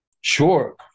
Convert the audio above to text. sure